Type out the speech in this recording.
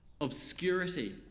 obscurity